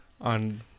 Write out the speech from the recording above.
on